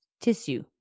tissue